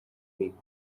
week